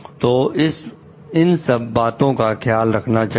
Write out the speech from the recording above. तो इन सब बातों का ख्याल रखना चाहिए